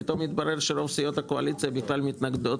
פתאום יתברר שרוב סיעות הקואליציה מתנגדות